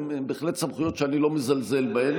הן בהחלט סמכויות שאני לא מזלזל בהן,